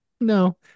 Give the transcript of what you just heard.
No